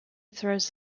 throws